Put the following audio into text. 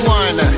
one